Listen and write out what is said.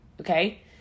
okay